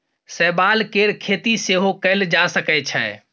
शैवाल केर खेती सेहो कएल जा सकै छै